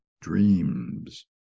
dreams